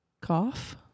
Cough